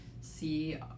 see